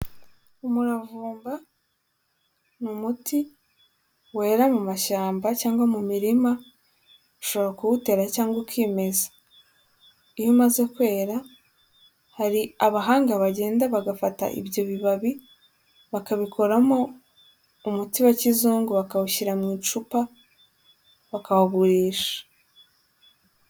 Umuravumba ni umuti wera mu mashyamba cyangwa mu mirima, ushobora kuwutera cyangwa ukimeza, iyo umaze kwera hari abahanga bagenda bagafata ibyo bibabi bakabikoramo umuti wa kizungu bakawushyira mu icupa bakawugurisha.